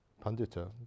Pandita